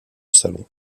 salon